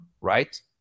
right